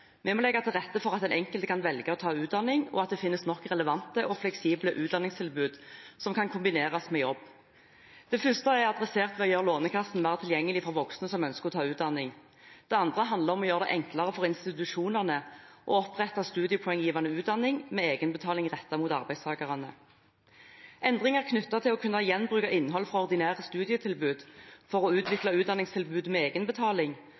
Vi må legge til rette for at den enkelte kan velge å ta utdanning, og at det finnes nok relevante og fleksible utdanningstilbud som kan kombineres med jobb. Det første er tatt tak i ved å gjøre Lånekassen mer tilgjengelig for voksne som ønsker å ta utdanning. Det andre handler om å gjøre det enklere for institusjonene å opprette studiepoenggivende utdanning med egenbetaling rettet mot arbeidstakere. Endringer knyttet til å kunne gjenbruke innhold fra ordinære studietilbud for å utvikle utdanningstilbud med